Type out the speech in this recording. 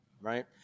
Right